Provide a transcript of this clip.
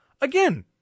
again